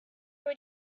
were